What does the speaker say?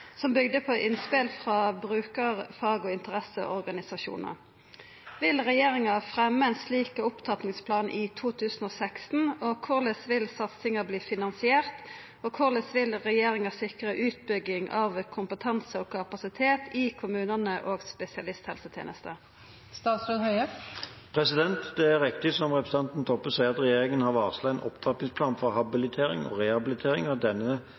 som bygde på innspel frå brukar-, fag- og interesseorganisasjonar. Vil regjeringa fremja ein slik opptrappingsplan i 2016, korleis vil satsinga bli finansiert, og korleis vil regjeringa sikra utbygging av kompetanse og kapasitet i kommunane og spesialisthelsetenesta?» Det er riktig, som representanten Toppe sier, at regjeringen har varslet en opptrappingsplan for habilitering og rehabilitering, og at denne